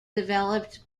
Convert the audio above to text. developed